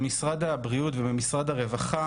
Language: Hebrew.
במשרד הבריאות ובמשרד הרווחה